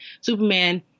Superman